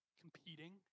competing